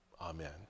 Amen